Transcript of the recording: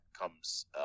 comes